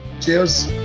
cheers